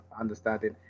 understanding